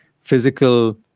physical